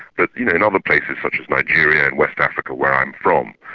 but you know in other places, such as nigeria and west africa, where i'm from,